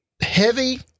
heavy